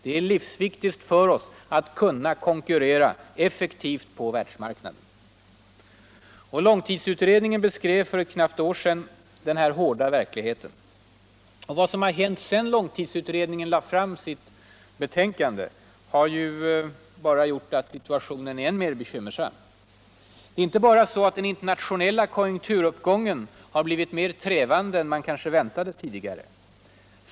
Det är livsviktivt för oss att kunna konkurrera effektivt på världsmarknaden. Långtidsutredningen beskrev för knappt ett år sedan den här hårda verkligheten. Vad som hänt sedan långtidsutredningen lade fram sitt Allmänpolitisk debatt Allmänpolitisk debatt betänkande har gjort läget än mer bekymmersamt. Inte bara så att den internationella konjunkturuppgången blivit mer trevande än väntat.